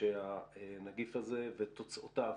שהנגיף הזה ותוצאותיו,